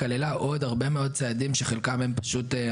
כללה עוד הרבה מאוד צעדים שחלקם הם פשוט,